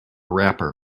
wrapper